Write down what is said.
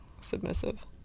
submissive